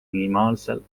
minimaalsel